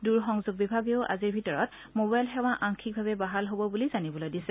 দূৰসংযোগ বিভাগেও আজিৰ ভিতৰত মোবাইল সেৱা আংশিকভাৱে বাহাল হ'ব বুলি জানিবলৈ দিছে